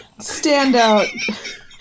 standout